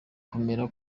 kwemera